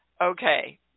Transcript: Okay